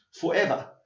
forever